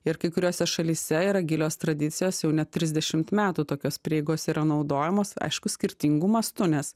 ir kai kuriose šalyse yra gilios tradicijos jau net trisdešimt metų tokios prieigos yra naudojamos aišku skirtingu mastu nes